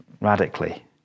radically